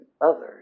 others